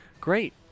Great